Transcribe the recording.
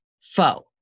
foe